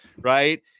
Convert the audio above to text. right